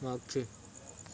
मागचे